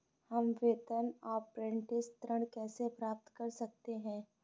हम वेतन अपरेंटिस ऋण कैसे प्राप्त कर सकते हैं?